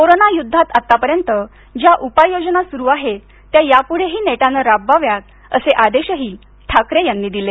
corona युद्धात आतापर्यंत ज्या उपाययोजना सुरू आहेत त्या यापुढेही नेटाने राबवाव्यात असे आदेशही ठाकरे यांनी दिले